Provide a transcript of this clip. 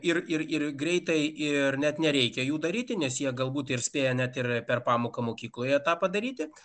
ir ir greitai ir net nereikia jų daryti nes jie galbūt ir spėja net ir per pamoką mokykloje tą padaryti